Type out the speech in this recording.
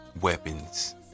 weapons